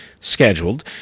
scheduled